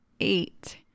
eight